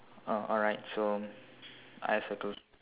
oh alright so I circle